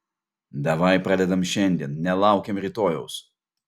davai pradedam šiandien nelaukiam rytojaus